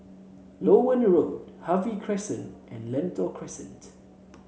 Loewen Road Harvey Crescent and Lentor Crescent